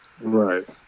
Right